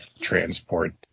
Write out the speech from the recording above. transport